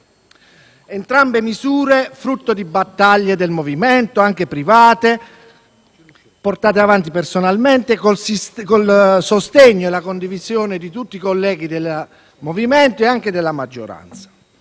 Entrambe queste misure sono frutto di battaglie del MoVimento, anche private, portate avanti personalmente con il sostegno e la condivisione di tutti i colleghi del MoVimento e anche della maggioranza.